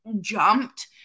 jumped